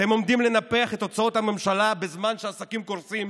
אתם עומדים לנפח את הוצאות הממשלה בזמן שהעסקים קורסים,